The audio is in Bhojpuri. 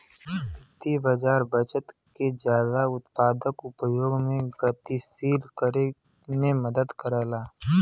वित्तीय बाज़ार बचत के जादा उत्पादक उपयोग में गतिशील करे में मदद करला